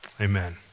Amen